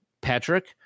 patrick